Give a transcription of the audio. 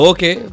Okay